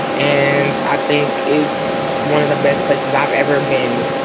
and i think it's one of the best places i've ever been.